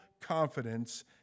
confidence